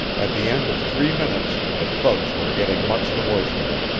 at the end of three minutes, the thugs were getting much the worst of it.